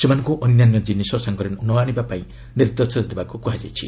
ସେମାନଙ୍କୁ ଅନ୍ୟାନ୍ୟ କିନିଷ ସାଙ୍ଗରେ ନ ଆଶିବାପାଇଁ ନିର୍ଦ୍ଦେଶ ଦେବାକ୍ କ୍ୱହାଯାଇଛି